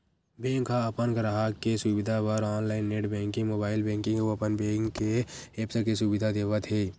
bank ह अपन गराहक के सुबिधा बर online net banking, mobile banking अउ अपन बेंक के ऐप्स के सुबिधा देवत हे